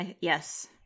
Yes